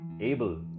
Abel